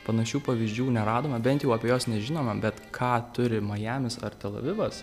panašių pavyzdžių neradome bent jau apie juos nežinoma bet ką turi majamis ar tel avivas